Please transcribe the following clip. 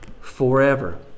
forever